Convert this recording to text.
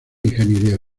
ingeniería